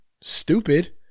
stupid